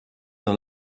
dans